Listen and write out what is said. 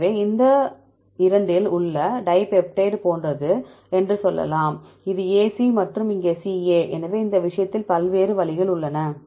எனவே இது இந்த 2 இல் உள்ள டைபெப்டைட் போன்றது என்று சொல்லலாம் இது AC மற்றும் இங்கே இது CA எனவே இந்த விஷயத்தில் பல்வேறு வழிகள் உள்ளன